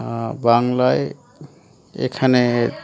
বাংলায় এখানে